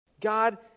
God